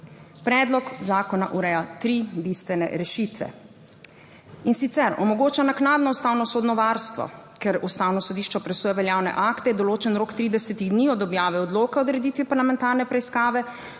Predlog zakona ureja tri bistvene rešitve. In sicer: omogoča naknadno ustavno sodno varstvo, ker Ustavno sodišče presoja veljavne akte, je določen rok 30 dni od objave odloka o odreditvi parlamentarne preiskave,